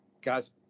guys